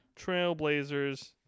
Trailblazers